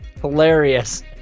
hilarious